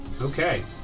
Okay